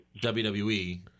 WWE